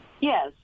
Yes